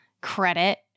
credit